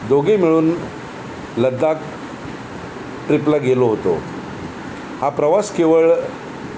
दोघे मिळून लद्दाख ट्रिपला गेलो होतो हा प्रवास केवळ